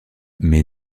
mais